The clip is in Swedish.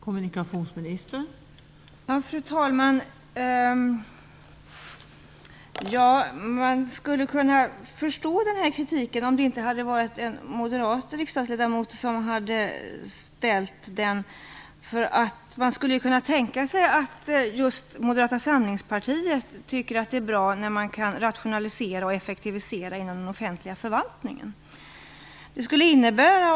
Fru talman! Man skulle kunna förstå kritiken om det var någon annan än en moderat riksdagsledamot som riktade den, för man skulle kunna tänka sig att just Moderata samlingspartiet tycker att det är bra när man kan rationalisera och effektivisera inom den offentliga förvaltningen.